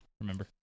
Remember